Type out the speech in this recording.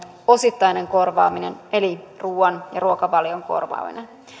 osittainen korvaaminen eli ruuan ja ruokavalion korvaaminen